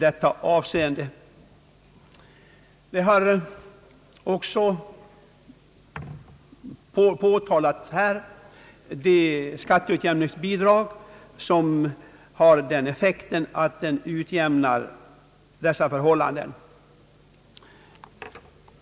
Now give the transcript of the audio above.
Det har här också påpekats att skatteutjämningsbidraget har den effekten att det utjämnar dessa förhållanden.